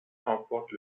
remporte